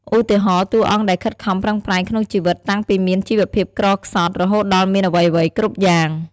ឧទាហរណ៍ តួអង្គដែលខិតខំប្រឹងប្រែងក្នុងជីវិតតាំងពីមានជីវភាពក្រខ្សត់ រហូតដល់មានអ្វីៗគ្រប់យ៉ាង ។